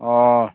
ᱚᱻ